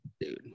dude